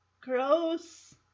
gross